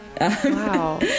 wow